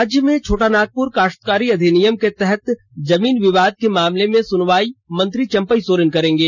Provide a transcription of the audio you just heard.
राज्य में छोटानागपुर काश्तकारी अधिनियम के तहत जमीन विवाद के मामले में सुनवाई मंत्री चम्पई सोरेन करेंगे